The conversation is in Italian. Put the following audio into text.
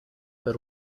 per